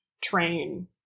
train